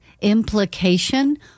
implication